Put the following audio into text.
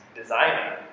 designing